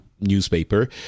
Newspaper